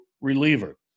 reliever